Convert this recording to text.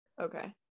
Okay